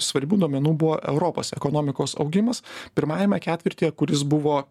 svarbių duomenų buvo europos ekonomikos augimas pirmajame ketvirtyje kuris buvo